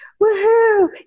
woohoo